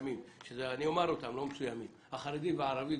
מסוימים כמו החרדים והערבים.